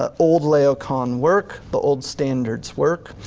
ah old laocoon work, the old standards work?